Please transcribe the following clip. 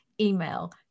email